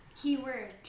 Keyword